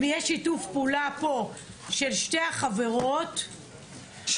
אם יהיה שיתוף פעולה פה של שתי החברות -- שלוש.